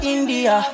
India